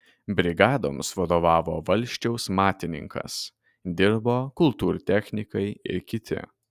brigadoms vadovavo valsčiaus matininkas dirbo kultūrtechnikai ir kiti